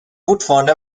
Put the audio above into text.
fortfarande